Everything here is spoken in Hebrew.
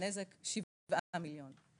והנזק שבעה מיליון.